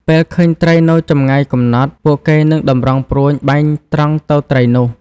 ពេលឃើញត្រីនៅចម្ងាយកំណត់ ពួកគេនឹងតម្រង់ព្រួញបាញ់ត្រង់ទៅត្រីនោះ។